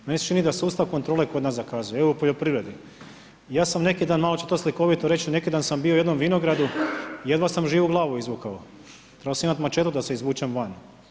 Meni se čini da je sustav kontrole kod nas zakazao evo poljoprivreda, ja sam neki dan malo ću to slikovito reći, neki dan sam bio u jednom vinogradu jedva sam živu glavu izvukao, trebao sam imat mačetu da se izvučem van.